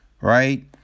Right